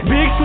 Big